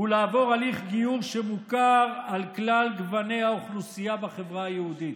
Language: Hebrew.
הוא לעבור הליך גיור שמוכר אצל כלל גווני האוכלוסייה בחברה היהודית,